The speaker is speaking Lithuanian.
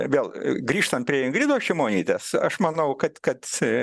vėl grįžtant prie ingridos šimonytės aš manau kad kad